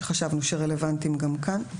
שחשבנו שרלוונטיים גם כאן.